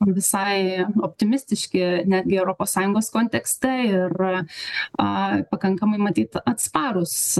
visai optimistiški netgi europos sąjungos kontekste ir aaa pakankamai matyt atsparūs